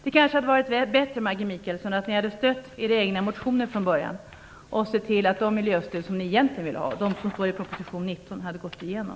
Det kanske hade varit bättre, Maggi Mikaelsson, om ni hade stött era egna motioner från början och sett till att de miljöstöd som ni egentligen vill ha och som finns med i proposition nr 19 hade gått igenom.